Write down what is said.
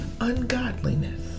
ungodliness